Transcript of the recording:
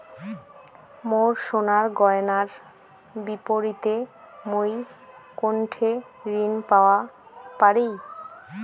মোর সোনার গয়নার বিপরীতে মুই কোনঠে ঋণ পাওয়া পারি?